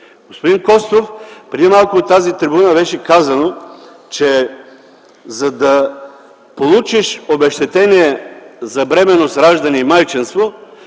Господин Костов, преди малко от тази трибуна беше казано, че за да получиш обезщетение за бременност, раждане и майчинство,